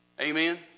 Amen